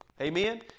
Amen